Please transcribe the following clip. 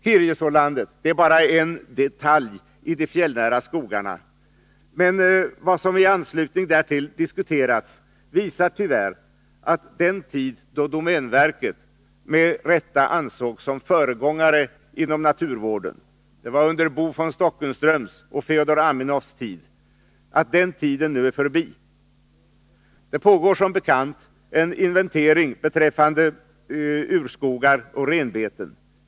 Kirjesålandet är bara en detalj i de fjällnära skogarna, men vad som i anslutning därtill diskuterats visar tyvärr att den tid är förbi, då domänverket med rätta ansågs som föregångare inom naturvården — det var under Bo von Stockenströms och Feodor Aminoffs tid. Det pågår som bekant en inventering beträffande urskogar och renbeten.